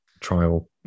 trial